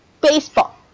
baseball